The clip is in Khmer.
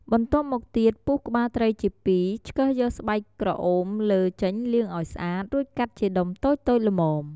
បន្ទាប់មកទៀត ពុះក្បាលត្រីជាពីរ ឆ្កឹះយកស្បែកក្រអូមលើចេញលាងឲ្យស្អាត រួចកាត់ជាដុំតូចៗល្មម។